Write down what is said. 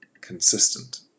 consistent